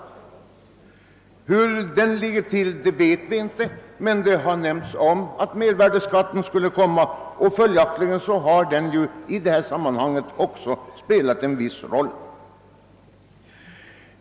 Hur det ligger till med frågan om mervärdeskatt vet vi inte, men det har nämnts att förslag om mervärdeskatt skulle komma att framläggas, och följaktligen har frågan om sådan skatt också i detta sammanhang spelat en viss roll.